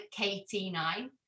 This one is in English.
KT9